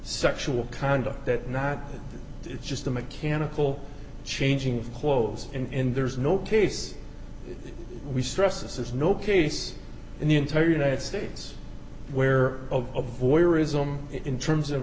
sexual conduct that not just the mechanical changing of clothes in there's no case we stress this is no case in the entire united states where of voyeurism in terms of